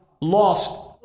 lost